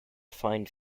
fine